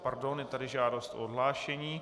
Pardon, je tady žádost o odhlášení.